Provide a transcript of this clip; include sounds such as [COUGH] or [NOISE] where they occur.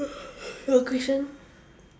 [NOISE] you got question